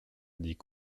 dit